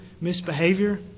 misbehavior